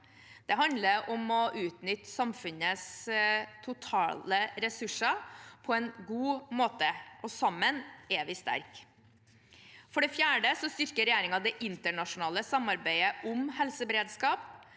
Det handler om å utnytte samfunnets totale ressurser på en god måte. Sammen er vi sterke. For det fjerde styrker regjeringen det internasjonale samarbeidet om helseberedskap.